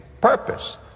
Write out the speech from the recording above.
purpose